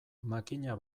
makina